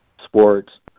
sports